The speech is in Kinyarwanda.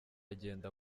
agenda